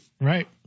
Right